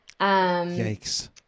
Yikes